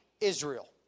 Israel